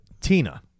Tina